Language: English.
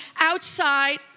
outside